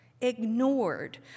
ignored